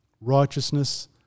righteousness